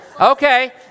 Okay